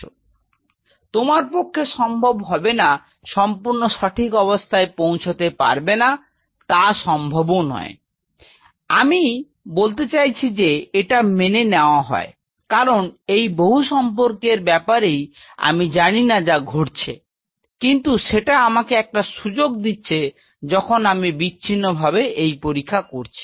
তো তোমার পক্ষে সম্ভব হবে না সম্পূর্ণ সঠিক অবস্থায় পৌঁছতে পারবে না তা সম্ভবও নয় মানে আমি বলতে চাই যে এটা মেনেই নেওয়া হয় কারন এই বহু সম্পর্কের বাপারেই আমি জানি না যা ঘটে চলেছে কিন্তু সেটা আমাকে একটা সুযোগ দিচ্ছে যখন আমি বিচ্ছিন্ন ভাবে এই পরীক্ষা করছি